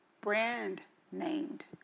brand-named